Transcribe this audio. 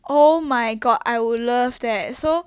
oh my god I would love that so